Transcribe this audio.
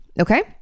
Okay